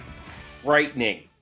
frightening